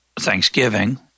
Thanksgiving